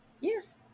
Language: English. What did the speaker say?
yes